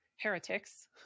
heretics